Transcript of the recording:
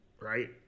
right